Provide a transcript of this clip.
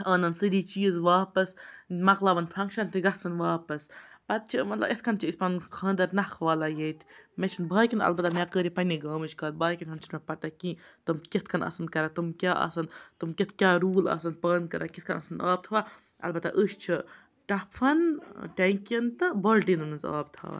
اَنَن سٲری چیٖز واپَس مَۄکلاوَان فَنٛگشَن تہِ گژھن واپَس پَتہٕ چھِ مطلب اِتھ کٔن چھِ أسۍ پَنُن خانٛدَر نَکھٕ والان ییٚتہِ مےٚ چھِنہٕ باقٕیَن البتہ مےٚکٔری پَننہِ گامٕچ کَتھ باقٕیَن چھُ نہٕ مےٚ پَتہ کینٛہہ تِم کِتھ کٔنۍ آسَن کَران تِم کیٛاہ آسَن تِم کِتھ کیاہ روٗل آسَن پانہٕ کَران کِتھ کٔنۍ آسَن آب تھاوان اَلبتہ أسۍ چھِ ٹَپھَن ٹیٚنٛکِیَن تہٕ بالٹیٖنَن مَنٛز آب تھاوان